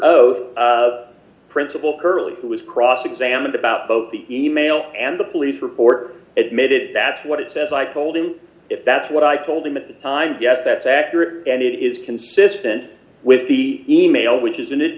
oath principal curley was cross examined about both the e mail and the police report admitted that's what it says i told him if that's what i told him at the time yes that's accurate and it is consistent with the e mail which is